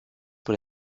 pour